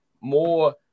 more